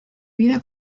vida